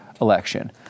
election